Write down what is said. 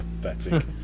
Pathetic